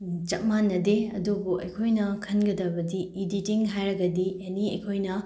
ꯆꯞ ꯃꯥꯟꯅꯗꯦ ꯑꯗꯨꯕꯨ ꯑꯩꯈꯣꯏꯅ ꯈꯟꯒꯗꯕꯗꯤ ꯏꯗꯤꯇꯤꯡ ꯍꯥꯏꯔꯒꯗꯤ ꯑꯦꯅꯤ ꯑꯩꯈꯣꯏꯅ